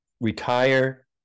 retire